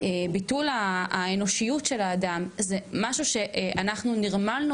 ביטול האנושיות של האדם זה משהו שאנחנו נרמלנו